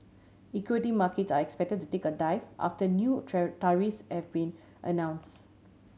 equity markets are expected to take a dive after new tariffs have been announce